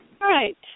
right